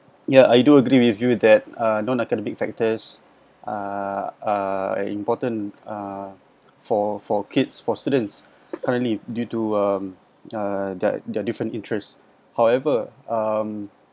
ya I do agree with you that uh non academic factors are are important uh for for kids for students currently due to um uh their their different interest however um